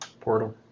Portal